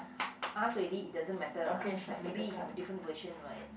ask already it doesn't matter lah is like maybe you have a different version right